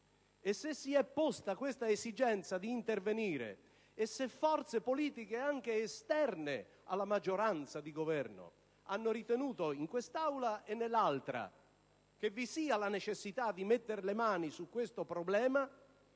Se si è posta questa esigenza di intervenire, e se forze politiche anche esterne alla maggioranza di Governo hanno ritenuto, in quest'Aula e nell'altro ramo del Parlamento, che vi sia la necessità di mettere mano a questo problema,